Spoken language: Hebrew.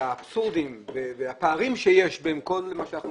האבסורדים והפערים שיש בין כל מה שאנחנו